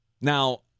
Now